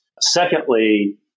Secondly